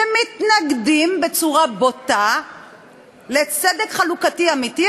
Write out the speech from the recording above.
שמתנגדים בצורה בוטה לצדק חלוקתי אמיתי?